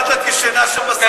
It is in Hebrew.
לילה אחד את ישנה שם בספות,